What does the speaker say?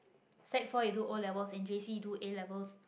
Sec four you do O-levels and J_C you do A-levels